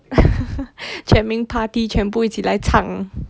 全民 party 全部一起来唱